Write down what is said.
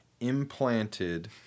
implanted